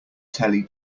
telly